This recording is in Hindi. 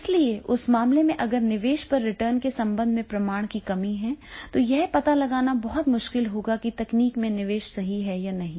और इसलिए उस मामले में अगर निवेश पर रिटर्न के संबंध में प्रमाण की कमी है तो यह पता लगाना मुश्किल होगा कि तकनीक में निवेश सही है या नहीं